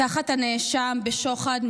תחת הנאשם בשוחד,